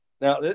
Now